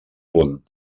punt